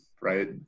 right